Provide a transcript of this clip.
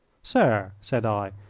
sir, said i,